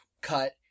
cut